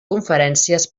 conferències